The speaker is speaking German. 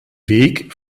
weg